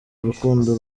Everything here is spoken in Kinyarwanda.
urukundo